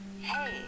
Hey